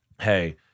hey